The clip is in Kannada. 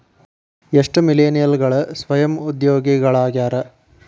ಎಷ್ಟ ಮಿಲೇನಿಯಲ್ಗಳ ಸ್ವಯಂ ಉದ್ಯೋಗಿಗಳಾಗ್ಯಾರ